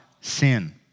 sin